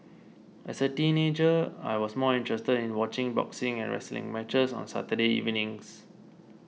as a teenager I was more interested in watching boxing and wrestling matches on Saturday evenings